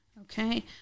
Okay